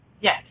Yes